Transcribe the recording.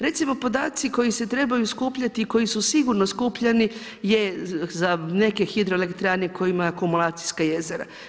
Recimo podaci koji se trebaju skupljati i koji su sigurno skupljani je za neke hidroelektrane koja ima akumulacijska jezera.